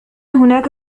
هناك